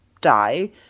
die